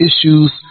issues